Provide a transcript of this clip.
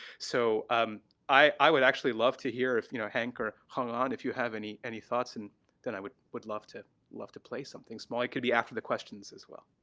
so um i would actually love to hear if, you know, hank or hong-an, if you have any any thoughts and then i would would love to love to play something small. it could be after the questions as well.